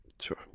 Sure